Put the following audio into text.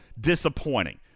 disappointing